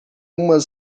uma